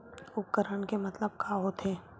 उपकरण के मतलब का होथे?